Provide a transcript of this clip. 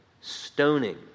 stoning